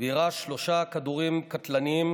ויירה שלושה כדורים קטלניים